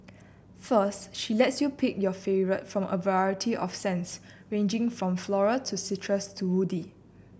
first she lets you pick your favourite from a variety of scents ranging from floral to citrus to woody